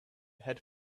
had